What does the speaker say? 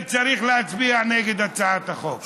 צריך להצביע נגד הצעת החוק.